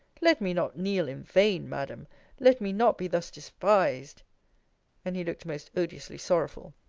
let me not kneel in vain, madam let me not be thus despised and he looked most odiously sorrowful.